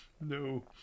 No